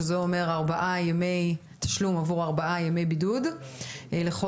שזה אומר ארבעה ימי תשלום עבור ארבעה ימי בידוד לחודש